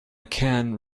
can